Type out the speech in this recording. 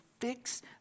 fix